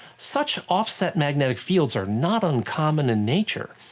such offset magnetic fields are not uncommon in nature.